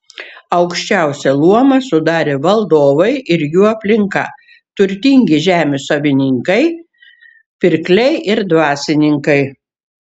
aukščiausią luomą sudarė valdovai ir jų aplinka turtingi žemių savininkai pirkliai ir dvasininkai